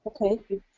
Okay